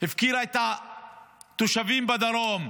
הפקירה את התושבים בדרום,